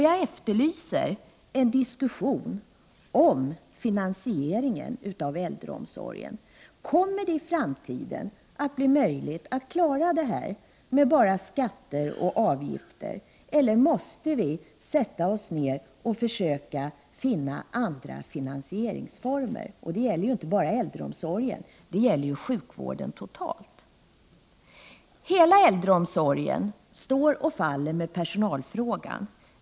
Jag efterlyser en diskussion om finansieringen av äldreomsorgen. Kommer det i framtiden att bli möjligt att klara den med bara skatter och avgifter, eller måste vi sätta oss ner och försöka finna andra finansieringsformer? Det gäller inte bara äldreomsorgen, det gäller sjukvår Prot. 1988/89:44 den totalt. 13 december 1988 Hela äldreomsorgen står och faller med personalfrågan.